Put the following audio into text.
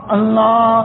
Allah